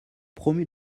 promu